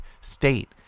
state